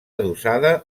adossada